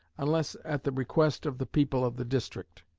unless at the request of the people of the district.